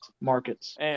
Markets